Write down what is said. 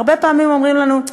הרבה פעמים אומרים לנו,